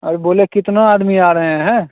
अरे बोले कितना आदमी आ रहें हैं